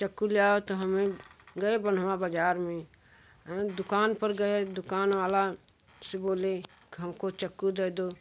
चक्कू ले आओ तो हम गए बन्ह्वा बाजार में दुकान पर गए दुकान वाला से बोले हमको चक्कू दे दो